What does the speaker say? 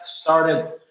started